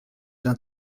d’un